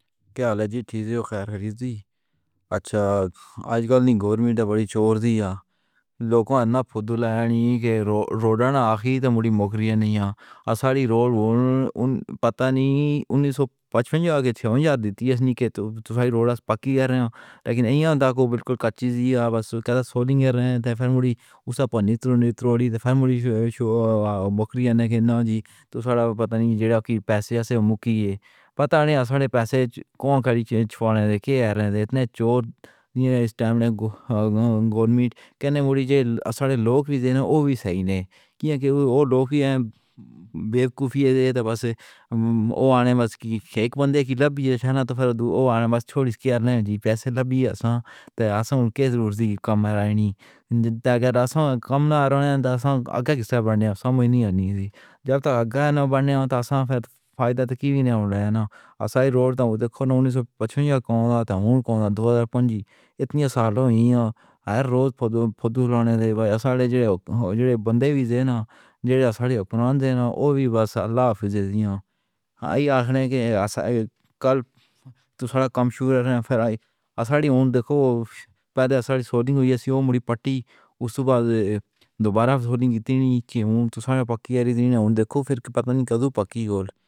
کہا لے جی ڈیز او خیر خیر دی اچھا آج کل نئی گورمی ٹاپلی چور دی یا لوکوں نے پودا لایا ہے کہ روڑا نہ آکھی تو مڑی موکھی نہ ہیں اور ساری روڑ پتا نہیں انیس سو پچپن یا کے چھیونچھ یا تیس نہیں کہہ رہا ہوں لیکن ایاں دیکھو بلکل کچی سی ہے بس سولنگ رہے ہیں پھر مڑی اسے نہیں توڑی پھر مُھرے شوخری ہے نہ کہ نا جی تو ساڑا پتا نہیں جینا کی پیسیاں سے مُکی ہے پتہ نہیں آسانے پیسے کو کس نے چھپائے ہوئے ہیں اور کہہ رہے ہیں کہ اتنی چور نیلا گون میٹ کینے میری جیل آسانے لوگ بھی ہیں وہ بھی صحیح نہیں ہیں کیا کہ وہ لوگ بھی بے وقوفی ہے دے اور بس وہ آنے میں اس کی شیک بندے کی لپیں نہ توں پھر وہ بس تھوڑی سی کرلیں پیسے لبی ہے اسہاں تے آسانوں کیسے کم رانی تاکہ کم نہ رونے دے آگے بڑھنے والی عادتیں ہیں جب تک آگے نہ بڑھنے دے آسان فائدہ نہ ہو لایا نا سائیں روڑ دیکھو انیس سو پچپن کون سا تھا کون دو ہزار پنج اتنی سالوں یہاں ہر روز پھدولانے دے اس نے جڑے بندے بھی نہ دیے نہ وہ بھی بس اللہ حافظ ہیں اے آخری کل تو سارا کمشور ہے فرائے اصالیہ دیکھو پیدائش سے ہی سیو مڑی پٹی اس سے بعد دوبارہ سولنگ نہیں ہوتی ہے پکی زینت دیکھو پتا نہیں کدو پکی ہو گی